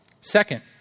Second